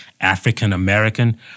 African-American